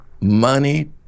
Money